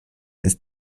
ist